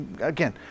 again